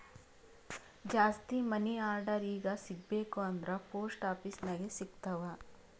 ಜಾಸ್ತಿ money order ಈಗ ಸಿಗಬೇಕ ಅಂದುರ್ ಪೋಸ್ಟ್ ಆಫೀಸ್ ನಾಗೆ ಸಿಗ್ತಾವ್